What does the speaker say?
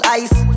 ice